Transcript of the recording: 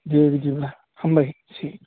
दे बिदिब्ला हामबायसै